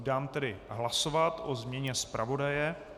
Dám tedy hlasovat o změně zpravodaje.